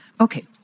Okay